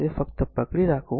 તેથી ફક્ત પકડી રાખો